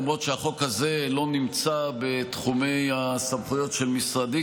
למרות שהחוק הזה לא נמצא בתחומי הסמכויות של משרדי,